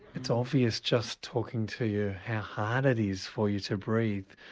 it's obvious just talking to you how hard it is for you to breathe.